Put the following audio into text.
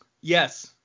Yes